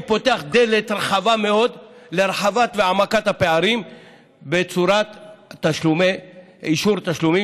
הוא פותח דלת רחבה מאוד להרחבה והעמקה של הפערים בצורת אישור תשלומים,